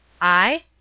I